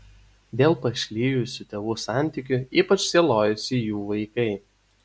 dėl pašlijusių tėvų santykių ypač sielojosi jų vaikai